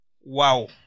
Wow